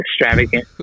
extravagant